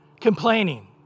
complaining